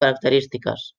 característiques